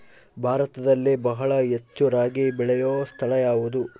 ಭಾರತದಲ್ಲಿ ಬಹಳ ಹೆಚ್ಚು ರಾಗಿ ಬೆಳೆಯೋ ಸ್ಥಳ ಯಾವುದು?